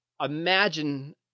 imagine